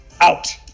out